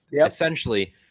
Essentially